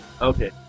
Okay